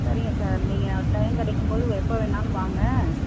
சரிங்க சார் நீங்கள் டைம் கிடைக்கும் போது எப்போ வேணுனாலும் வாங்க